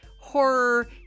horror